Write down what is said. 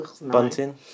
Bunting